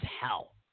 hell